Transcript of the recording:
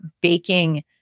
baking